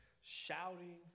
shouting